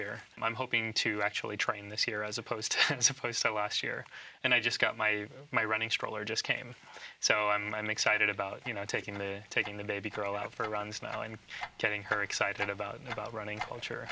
and i'm hoping to actually train this year as opposed to supposed to last year and i just got my my running stroller just came so i'm excited about you know taking the taking the baby girl out for runs now and getting her excited about running culture